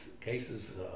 cases